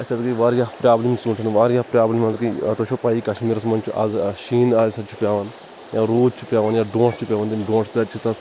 اَسہِ حظ گٔے واریاہ پرابلِم ژونٛٹھؠن واریاہ پرابلِم حظ گٔے تُہۍ چھُو پَیِی کشمِیٖرَس منٛز چِھ اَز شیٖن آز حظ چھُ پیٚوان یا رُوٗد چھُ پیٚوان یا ڈوٹھ چھُ پیٚوان تمہِ ڈوٹھ سۭتۍ چھِ تَتھ